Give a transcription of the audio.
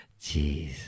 Jeez